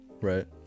Right